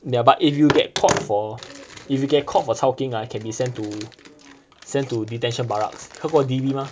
ya but if you get caught for if you get caught for chao keng ah can be sent to sent to detention barracks heard 过 D_B mah